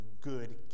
good